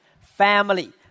family